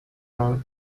mode